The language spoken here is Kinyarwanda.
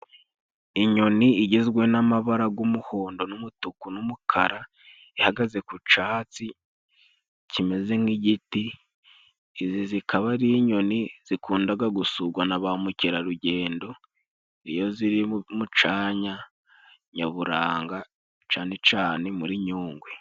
Inyoni igizwe n'amabara g'umuhondo n'umutuku n'umukara ihagaze ku cyatsi kimeze nk'igiti. Izi zikaba ari inyoni zikundaga gusurwa na ba mukerarugendo iyo ziri mucanya nyaburanga cane cane muri nyungwe.